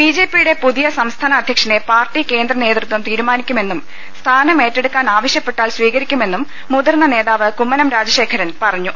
ബിജെപിയുടെ ്പുതിയ സംസ്ഥാന അധ്യക്ഷനെ പാർട്ടി കേന്ദ്ര നേതൃത്പം തീരുമാനിക്കുമെന്നും സ്ഥാനം ഏറ്റെടുക്കാൻ ആവശ്യ പ്പെട്ടാൽ സ്വീകരിക്കുമെന്നും മുതിർന്ന നേതാവ് കുമ്മനം രാജശേ ഖരൻ പറഞ്ഞു